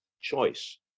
choice